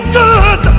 good